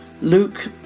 Luke